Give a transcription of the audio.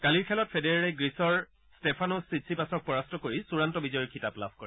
কালিৰ খেলত ফেডেৰাৰে গ্ৰীচৰ ট্টেফানোছ ছিট্ছিপাছক পৰাস্ত কৰি চুড়ান্ত বিজয়ীৰ খিতাপ লাভ কৰে